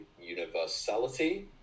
universality